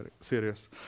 serious